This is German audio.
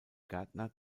gärtner